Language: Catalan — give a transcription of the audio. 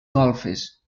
golfes